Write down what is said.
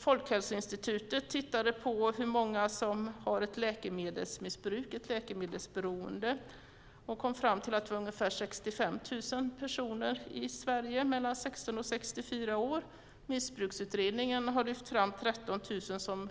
Folkhälsoinstitutet tittade på hur många som är läkemedelsberoende och kom fram till att det är fråga om 65 000 personer i Sverige mellan 16 och 64 år. Missbruksutredningen har lyft fram 13 000 som